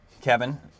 Kevin